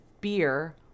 beer